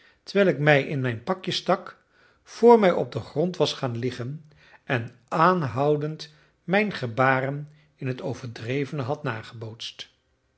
terwijl ik mij in mijn pakje stak vr mij op den grond was gaan liggen en aanhoudend mijn gebaren in het overdrevene had nagebootst